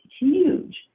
huge